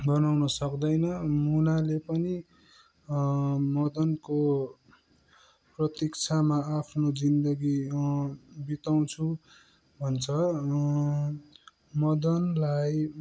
बनाउन सक्दैन मुनाले पनि मदनको प्रतीक्षामा आफ्नो जिन्दगी बिताउँछु भन्छ मदनलाई